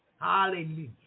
Hallelujah